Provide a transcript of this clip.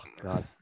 God